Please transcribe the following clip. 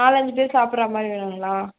நாலு அஞ்சு பேர் சாப்பிடுற மாதிரி வேணும்ங்களா